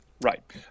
Right